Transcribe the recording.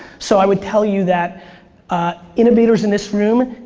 so i would tell you that innovators in this room,